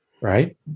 right